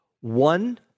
one